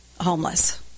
homeless